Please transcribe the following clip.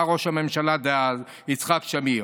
אמר ראש הממשלה דאז יצחק שמיר.